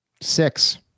six